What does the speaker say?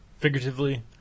Figuratively